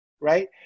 right